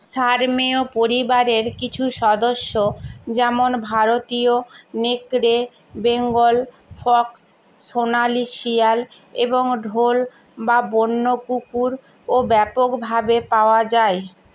সারমেয় পরিবারের কিছু সদস্য যেমন ভারতীয় নেকড়ে বেঙ্গল ফক্স সোনালি শিয়াল এবং ঢোল বা বন্য কুকুরও ব্যাপকভাবে পাওয়া যায়